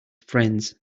friends